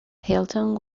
hilton